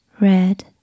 red